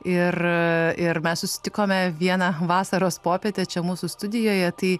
ir ir mes susitikome vieną vasaros popietę čia mūsų studijoje tai